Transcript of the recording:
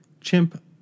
Chimp